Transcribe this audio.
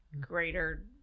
greater